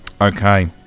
okay